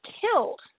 killed